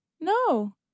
No